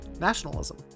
nationalism